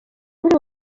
muri